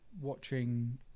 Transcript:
watching